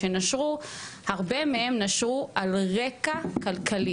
הרבה מהם נשרו על רקע כלכלי